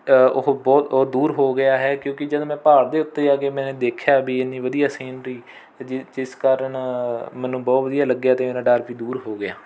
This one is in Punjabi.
ਉਹ ਬਹੁਤ ਦੂਰ ਹੋ ਗਿਆ ਹੈ ਕਿਉਂਕਿ ਜਦੋਂ ਮੈਂ ਪਹਾੜ ਦੇ ਉੱਤੇ ਜਾ ਕੇ ਮੈਂ ਦੇਖਿਆ ਵੀ ਇੰਨੀ ਵਧੀਆ ਸੀਨਰੀ ਜਿ ਜਿਸ ਕਾਰਨ ਮੈਨੂੰ ਬਹੁਤ ਵਧੀਆ ਲੱਗਿਆ ਅਤੇ ਮੇਰਾ ਡਰ ਵੀ ਦੂਰ ਹੋ ਗਿਆ